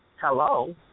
hello